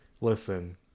listen